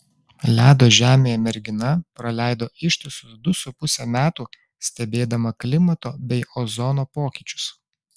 ledo žemėje mergina praleido ištisus du su puse metų stebėdama klimato bei ozono pokyčius